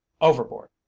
Overboard